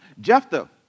Jephthah